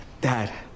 Dad